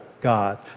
God